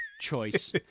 choice